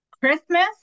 Christmas